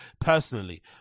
personally